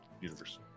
universe